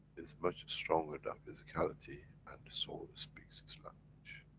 is much stronger than physicality and the soul speaks it's language.